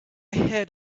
heard